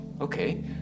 okay